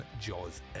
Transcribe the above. Jaws